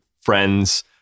friends